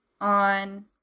on